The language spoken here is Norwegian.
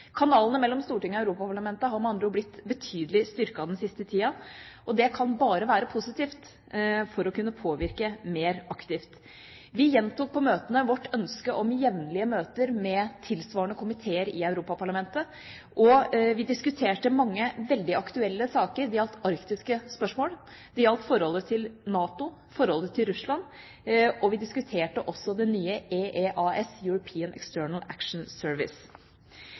Kanalene mellom Stortinget og Europaparlamentet har med andre ord blitt betydelig styrket den siste tiden, og det kan bare være positivt for å kunne påvirke mer aktivt. Vi gjentok på møtene vårt ønske om jevnlige møter med tilsvarende komiteer i Europaparlamentet, og vi diskuterte mange veldig aktuelle saker. Det gjaldt arktiske spørsmål, det gjaldt forholdet til NATO og forholdet til Russland. Vi diskuterte også det nye EEAS – European External Action Service.